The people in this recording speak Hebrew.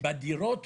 בדירות